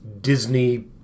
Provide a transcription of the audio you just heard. Disney